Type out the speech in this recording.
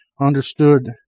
understood